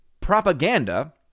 propaganda